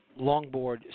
longboard